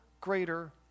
greater